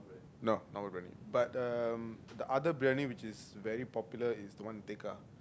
no not really but um the other Briyani which is very popular is to want at Tekka